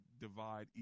divide